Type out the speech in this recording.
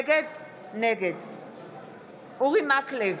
נגד אורי מקלב,